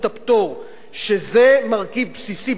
שזה מרכיב בסיסי בתזונה שלהם,